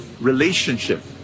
relationship